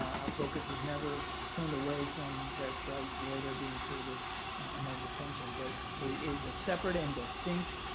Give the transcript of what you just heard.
our focus has never turned away from their plight, the way they're being treated in and their detention. but it is a separate and distinct